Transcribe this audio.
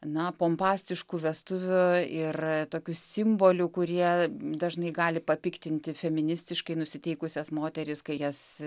na pompastiškų vestuvių ir tokių simbolių kurie dažnai gali papiktinti feministiškai nusiteikusias moteris kai jas